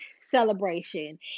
celebration